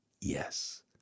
Yes